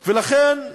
ולכן,